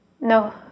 no